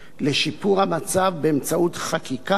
לשיפור המצב באמצעות חקיקה,